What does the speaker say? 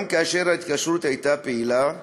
גם כאשר ההתקשרות הייתה פעילה,